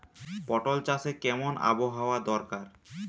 পটল চাষে কেমন আবহাওয়া দরকার?